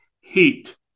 heat